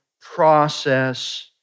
process